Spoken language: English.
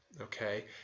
okay